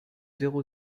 zéro